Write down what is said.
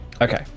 Okay